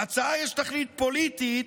להצעה יש תכלית פוליטית,